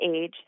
age